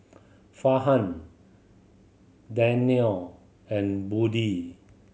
Farhan Danial and Budi